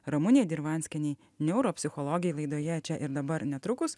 ramunei dirvanskienei neuropsichologei laidoje čia ir dabar netrukus